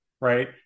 right